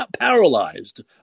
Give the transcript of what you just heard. paralyzed